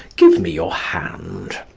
give me your hand.